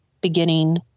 beginning